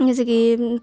جیسے کہ